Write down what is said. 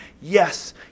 Yes